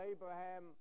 Abraham